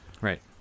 Right